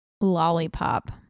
lollipop